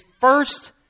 first